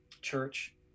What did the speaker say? church